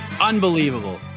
Unbelievable